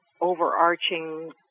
overarching